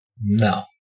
No